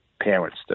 parents